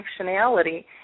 functionality